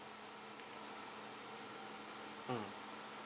mm